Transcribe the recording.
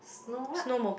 snow what